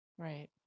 Right